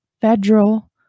federal